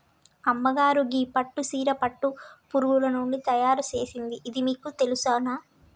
అమ్మగారు గీ పట్టు సీర పట్టు పురుగులు నుండి తయారు సేసింది ఇది మీకు తెలుసునా